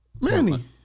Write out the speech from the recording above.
Manny